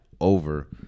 over